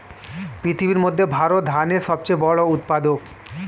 পৃথিবীর মধ্যে ভারত ধানের সবচেয়ে বড় উৎপাদক